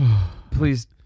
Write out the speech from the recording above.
Please